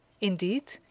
Indeed